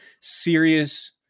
serious